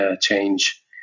change